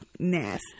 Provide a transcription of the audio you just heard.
nasty